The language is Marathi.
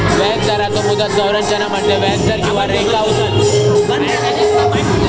व्याजदराचो मुदत संरचना म्हणजे व्याजदर किंवा रोखा उत्पन्न आणि भिन्न अटी किंवा परिपक्वता यांच्यातलो संबंध